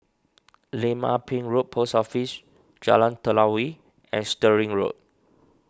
Lim Ah Pin Road Post Office Jalan Telawi and Stirling Road